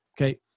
Okay